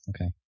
Okay